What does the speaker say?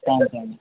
thanks అండి